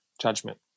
judgment